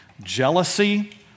jealousy